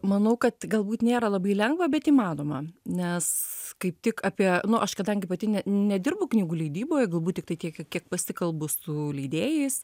manau kad galbūt nėra labai lengva bet įmanoma nes kaip tik apie nu aš kadangi pati ne nedirbu knygų leidyboje galbūt tiktai tiek kiek pasikalbu su leidėjais